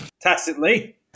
Tacitly